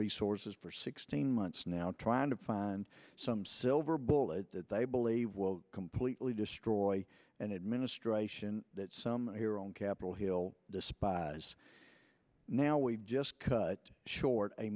resources for sixteen months now trying to find some silver bullet that they believe will completely destroy an administration that some here on capitol hill despise now we just cut short a